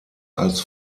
als